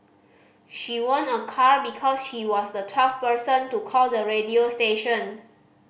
she won a car because she was the twelfth person to call the radio station